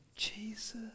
Jesus